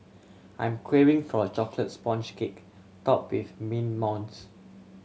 I'm craving for a chocolate sponge cake top with mint mousse